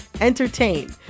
entertain